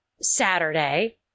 saturday